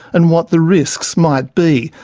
and what the risks might be,